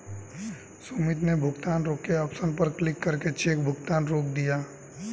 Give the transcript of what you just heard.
सुमित ने भुगतान रोके ऑप्शन पर क्लिक करके चेक भुगतान रोक दिया